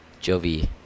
Jovi